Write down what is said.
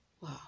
Wow